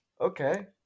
Okay